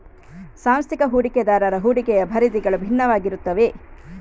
ಸಾಂಸ್ಥಿಕ ಹೂಡಿಕೆದಾರರ ಹೂಡಿಕೆಯ ಪರಿಧಿಗಳು ಭಿನ್ನವಾಗಿರುತ್ತವೆ